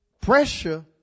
Pressure